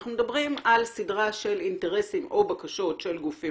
אנחנו מדברים על סדרת אינטרסים או בקשות של גופים